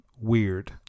weird